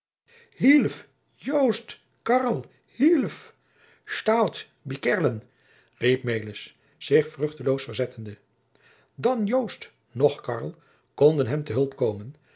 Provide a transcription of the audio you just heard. riep melis zich vruchteloos verzettende dan jost noch karl konden hem te hulp komen